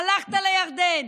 הלכת לירדן,